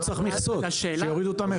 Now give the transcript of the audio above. לא צריך מכסות, שיורידו את המכס.